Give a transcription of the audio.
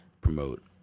promote